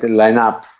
lineup